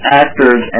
actors